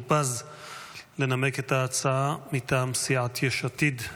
פז לנמק את ההצעה מטעם סיעת יש עתיד.